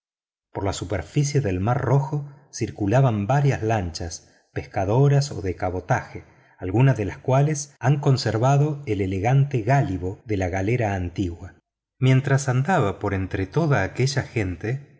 por la superficie del mar rojo circulaban varias lanchas pescadoras o de cabotaje algunas de las cuaies han conservado el elegante gálibo de la galera antigua mientras andaba por entre toda aquella gente